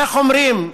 איך אומרים?